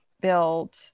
build